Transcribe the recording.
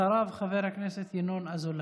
אחריו, חבר הכנסת ינון אזולאי.